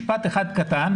משפט אחד קצר.